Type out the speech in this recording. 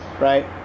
right